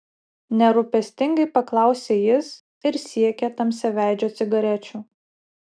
nerūpestingai paklausė jis ir siekė tamsiaveidžio cigarečių